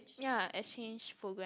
ya exchange program